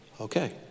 Okay